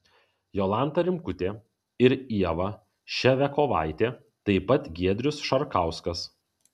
jolanta rimkutė ir ieva ševiakovaitė taip pat giedrius šarkauskas